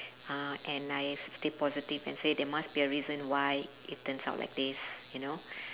uh and I stay positive and say there must be a reason why it turns out like this you know